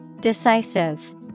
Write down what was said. Decisive